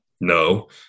No